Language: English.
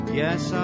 yes